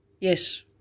Yes